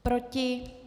Proti?